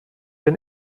den